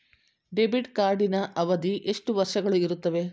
Debit ಕಾರ್ಡಿನ ಅವಧಿ ಎಷ್ಟು ವರ್ಷಗಳು ಇರುತ್ತದೆ?